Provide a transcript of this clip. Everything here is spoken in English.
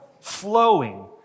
flowing